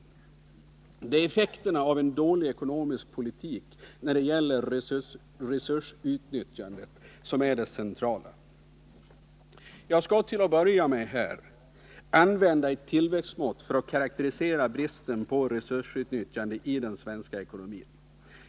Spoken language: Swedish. Men det är effekterna av en dålig ekonomisk politik för vårt resursutnyttjande som är det centrala. Jagskall till att börja med här använda ett tillväxtmått för att karakterisera bristen på resursutnyttjande i den svenska ekonomin.